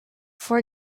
for